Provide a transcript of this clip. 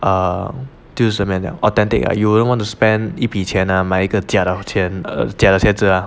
um 就是 cement liao authentic are you wouldn't want to spend 一笔钱买一个假的钱假的鞋子 lah